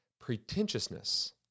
pretentiousness